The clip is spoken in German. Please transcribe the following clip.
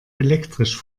elektrisch